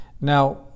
Now